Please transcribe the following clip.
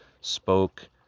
spoke